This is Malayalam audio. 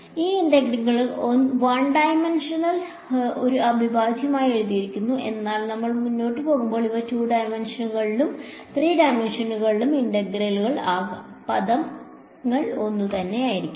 ഈ ഇന്റഗ്രലുകൾ 1 ഡൈമൻഷനിൽ ഒരു അവിഭാജ്യമായി എഴുതിയിരിക്കുന്നു എന്നാൽ നമ്മൾ മുന്നോട്ട് പോകുമ്പോൾ ഇവ 2 ഡൈമൻഷനുകളിലും 3 ഡൈമൻഷനുകളിലും ഇന്റഗ്രലുകൾ ആകാം പദങ്ങൾ ഒന്നുതന്നെയായിരിക്കും